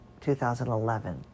2011